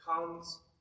comes